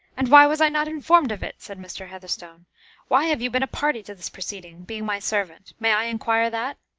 and why was i not informed of it? said mr. heatherstone why have you been a party to this proceeding, being my servant may i inquire that?